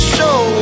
Show